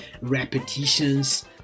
repetitions